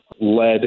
led